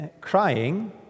crying